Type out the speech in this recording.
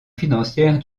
financière